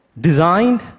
designed